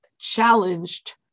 challenged